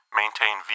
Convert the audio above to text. Maintain